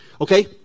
Okay